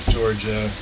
Georgia